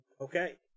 okay